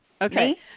okay